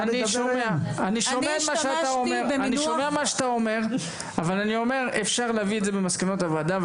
אני שומע את מה שאתה אומר ואפשר להביא את זה במסקנות הוועדה.